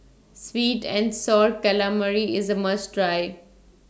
Sweet and Sour Calamari IS A must Try